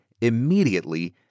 immediately